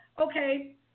okay